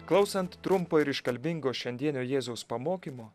klausant trumpo ir iškalbingo šiandienio jėzaus pamokymo